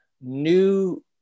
new